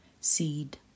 Seed